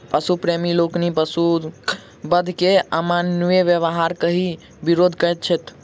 पशु प्रेमी लोकनि पशुक वध के अमानवीय व्यवहार कहि विरोध करैत छथि